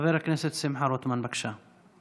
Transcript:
חבר הכנסת שמחה רוטמן, בבקשה.